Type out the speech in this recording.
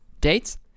Dates